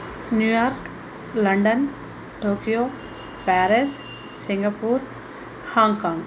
New York London Tokyo Paris Singapore Hong Kong